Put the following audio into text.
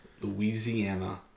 Louisiana